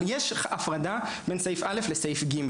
אבל יש הפרדה בין סעיף (א) לסעיף (ג),